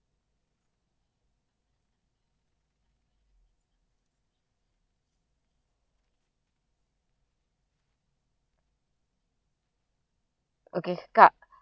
okay kak